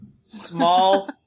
small